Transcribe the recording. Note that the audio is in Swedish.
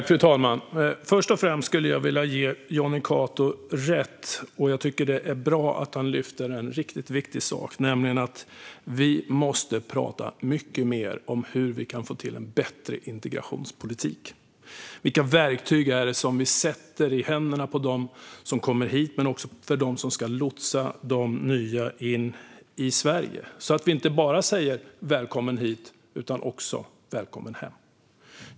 Fru talman! Först och främst vill jag ge Jonny Cato rätt. Det är bra att han lyfter upp en riktigt viktig sak, nämligen att vi måste prata mycket mer om hur vi kan få till en bättre integrationspolitik. Vilka verktyg sätter vi i händerna på dem som kommer hit och för dem som ska lotsa de nya in i Sverige? Vi ska inte bara säga "välkommen hit" utan också "välkommen hem".